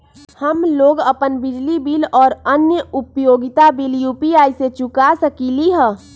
हम लोग अपन बिजली बिल और अन्य उपयोगिता बिल यू.पी.आई से चुका सकिली ह